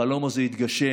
החלום הזה יתגשם.